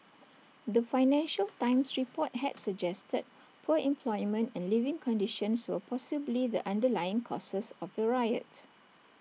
the financial times report had suggested poor employment and living conditions were possibly the underlying causes of the riot